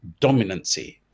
dominancy